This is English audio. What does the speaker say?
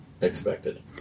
expected